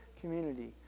community